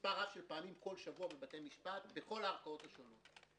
במספר רב של פעמים כל שבוע בבתי משפט בכל הערכאות השונות.